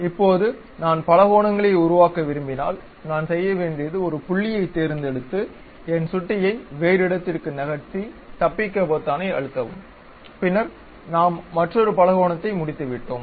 இப்போது நான் பல பலகோணங்களை உருவாக்க விரும்பினால் நான் செய்ய வேண்டியது ஒரு புள்ளியைத் தேர்ந்தெடுத்து என் சுட்டியை வேறு இடத்திற்கு நகர்த்தி தப்பிக்க பொத்தானை அழுத்தவும் பின்னர் நாம் மற்றொரு பலகோணத்தை முடித்துவிட்டோம்